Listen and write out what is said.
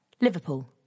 Liverpool